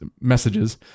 messages